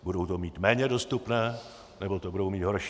Budou to mít méně dostupné, nebo to budou mít horší.